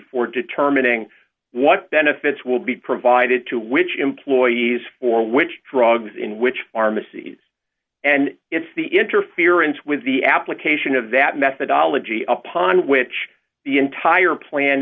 for determining what benefits will be provided to which employees for which drugs in which pharmacies and it's the interference with the application of that methodology upon which the entire plan